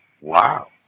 wow